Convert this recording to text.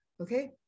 Okay